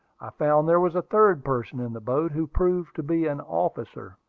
i found there was a third person in the boat, who proved to be an officer.